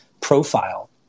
profile